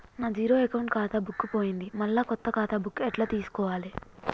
నా zero account ఖాతా book పోయింది మళ్ళా కొత్త ఖాతా బుక్కు ఎట్ల తీసుకోవాలే?